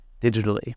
digitally